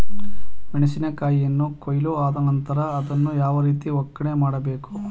ಮೆಣಸಿನ ಕಾಯಿಯನ್ನು ಕೊಯ್ಲು ಆದ ನಂತರ ಅದನ್ನು ಯಾವ ರೀತಿ ಒಕ್ಕಣೆ ಮಾಡಬೇಕು?